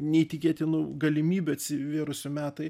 neįtikėtinų galimybių atsivėrusių metai